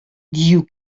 дию